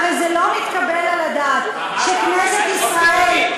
הרי זה לא מתקבל על הדעת שכנסת ישראל,